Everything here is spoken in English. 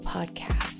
Podcast